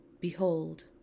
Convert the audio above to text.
Behold